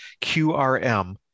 QRM